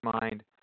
mind